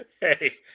Hey